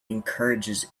encourages